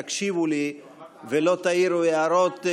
אם תקשיבו לי ולא תעירו הערות,